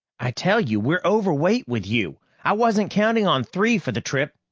i tell you we're overweight with you. i wasn't counting on three for the trip,